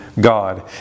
God